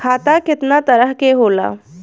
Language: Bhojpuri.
खाता केतना तरह के होला?